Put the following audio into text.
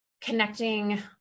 connecting